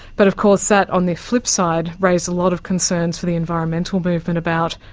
but of course that on the flipside raised a lot of concerns for the environmental movement about,